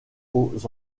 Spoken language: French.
aux